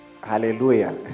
hallelujah